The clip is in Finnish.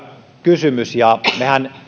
kysymys ja mehän